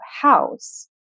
house